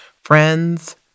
friends